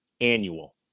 annual